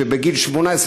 ובגיל 18,